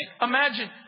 Imagine